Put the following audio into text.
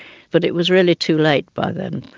but it was really too late by then,